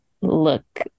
look